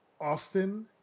Austin